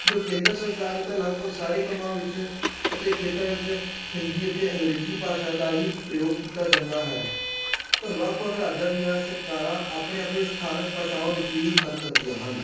ਜੋ ਕੇਂਦਰ ਸਰਕਾਰ ਅਤੇ ਲਗਭਗ ਸਾਰੇ ਕੰਮਾਂ ਵਿੱਚ ਅਤੇ ਖੇਤਰਾਂ ਵਿੱਚ ਹਿੰਦੀ ਅਤੇ ਅੰਗਰੇਜ਼ੀ ਭਾਸ਼ਾ ਦਾ ਹੀ ਪ੍ਰਯੋਗ ਕੀਤਾ ਜਾਂਦਾ ਹੈ ਪਰ ਵੱਖ ਵੱਖ ਰਾਜਾਂ ਦੀਆਂ ਸਰਕਾਰਾਂ ਆਪਣੇ ਆਪਣੇ ਸਥਾਨਕ ਭਾਸ਼ਾਵਾਂ ਵਿੱਚ ਹੀ ਕੰਮ ਕਰਦੀਆਂ ਹਨ